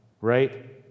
right